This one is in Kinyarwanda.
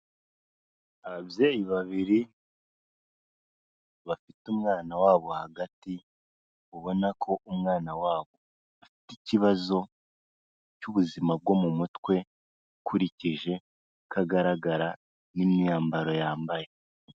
Ababyeyi babiri, bafite umwana wabo hagati, ubona ko umwana wabo afite ikibazo cy'ubuzima bwo mu mutwe, ukurikije uko agaragara n' imyambaro yambaye.